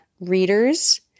Readers